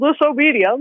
disobedience